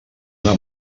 una